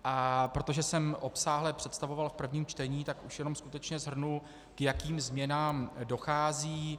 A protože jsem obsáhle představoval v prvním čtení, tak už jenom skutečně shrnu, k jakým změnám dochází.